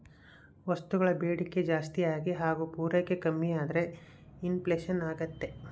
ವಸ್ತುಗಳ ಬೇಡಿಕೆ ಜಾಸ್ತಿಯಾಗಿ ಹಾಗು ಪೂರೈಕೆ ಕಮ್ಮಿಯಾದ್ರೆ ಇನ್ ಫ್ಲೇಷನ್ ಅಗ್ತೈತೆ